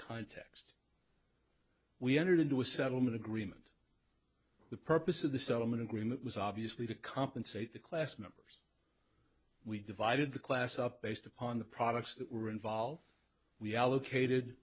context we entered into a settlement agreement the purpose of the settlement agreement was obviously to compensate the class members we divided the class up based upon the products that were involved we allocated